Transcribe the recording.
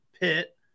Pitt